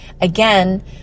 again